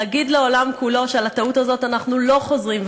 להגיד לעולם כולו שעל הטעות הזאת אנחנו לא חוזרים,